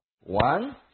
One